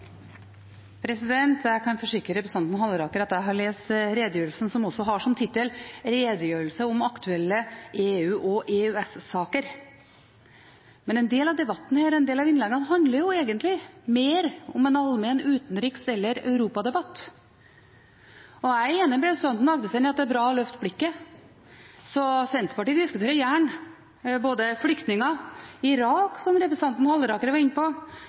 Jeg kan forsikre representanten Halleraker om at jeg har lest redegjørelsen, som også har som tittel Redegjørelse om viktige EU- og EØS-saker. Men en del av innleggene i denne debatten handler egentlig mer om allmenne utenriks- eller Europa-spørsmål. Jeg er enig med representanten Rodum Agdestein i at det er bra å løfte blikket. Så Senterpartiet diskuterer gjerne både flyktninger, Irak – som representanten Halleraker var inne på